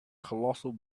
colossal